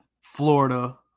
Florida